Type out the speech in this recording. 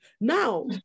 now